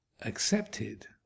accepted